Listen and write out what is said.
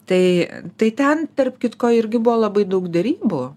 tai tai ten tarp kitko irgi buvo labai daug derybų